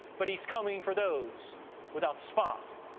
but he's coming for those without spot,